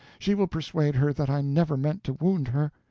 she will persuade her that i never meant to wound her.